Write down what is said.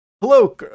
Hello